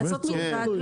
5 צול?